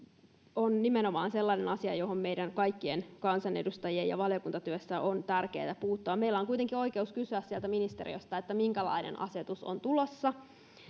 on nimenomaan sellainen asia johon meidän kaikkien kansanedustajien on valiokuntatyössä tärkeätä puuttua meillä on kuitenkin oikeus kysyä sieltä ministeriöstä minkälainen asetus on tulossa